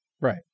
right